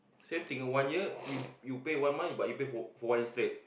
same thing a one year you you pay one month but for for one straight